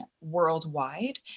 worldwide